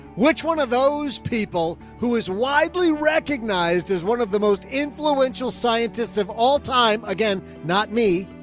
which one of those people who is widely recognized as one of the most influential scientists of all time? again, not me,